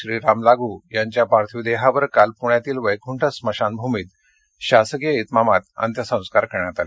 श्रीराम लागू यांच्या पार्थिव देहावर काल पुण्यातील वछ्छि स्मशानभूमीत शासकीय इतमामात अंत्यसंस्कार करण्यात आले